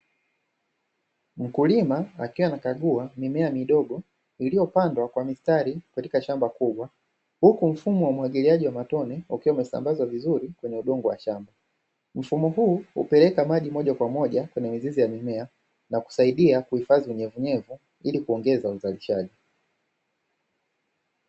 Mkulima akiwa anakagua mimea midogo iliyopandwa kwa mistari katika shamba kubwa, huku mfumo wa umwagiliaji wa matone ukiwa umesambazwa vizuri kwenye udongo wa shamba. Mfumo huu hupeleka maji moja kwa moja kwenye mizizi ya mimea na kusaidia kuhifadhi unyevunyevu ili kuongeza uzalishaji.